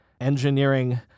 Engineering